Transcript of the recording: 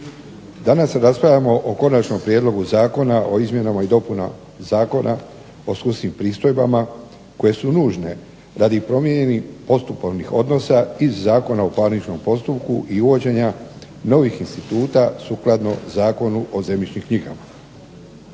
Danas raspravljamo o Konačnom prijedlogu zakona o izmjenama i dopunama Zakona o sudskim pristojbama koje su nužne radi promijenjenih postupovnih odnosa iz Zakona o parničnom postupku i uvođenja novih instituta sukladno Zakonu o zemljišnim knjigama.